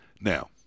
Now